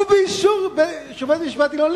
ובאישור שופט בית-המשפט העליון.